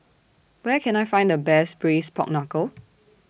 Where Can I Find The Best Braised Pork Knuckle